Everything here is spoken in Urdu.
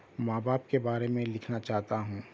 ماں باپ کے بارے میں لکھنا چاہتا ہوں